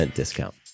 discount